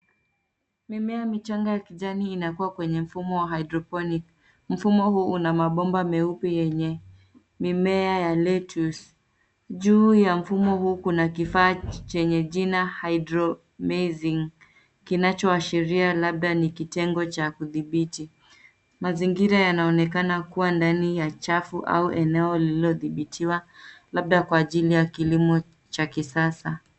Mimea michanga ya kijani inakua kwenye mfumo wa hydroponic . Mfumo huu una mabomba meupe yenye mimea ya lettuce . Juu ya mfumo huu kuna kifaa chenye jina hydromazing , kinachoashiria labda ni kitengo cha kudhibiti. Mazingira yanaonekana kuwa ndani ya chafu au eneo lililodhibitiwa, labda kwa ajili ya kilimo cha kisasa.